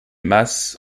mas